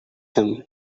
him